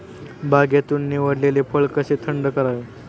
बागेतून निवडलेले फळ कसे थंड करावे?